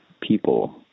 people